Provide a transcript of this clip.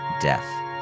death